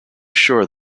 sure